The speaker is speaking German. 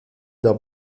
der